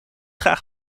graag